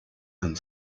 and